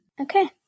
Okay